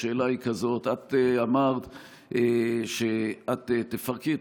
השאלה היא כזאת: את אמרת שאת תפרקי את